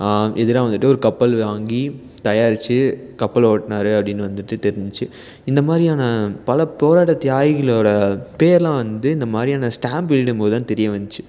எதிராக வந்துட்டு ஒரு கப்பல் வாங்கி தயாரித்து கப்பல் ஓட்டினாரு அப்படின்னு வந்துட்டு தெரிஞ்சிச்சு இந்தமாதிரியான பல போராட்ட தியாகிகளோட பெயரெலாம் வந்து இந்தமாதிரியான ஸ்டாம்ப் வெளியிடும் போதுதான் தெரிய வந்துச்சி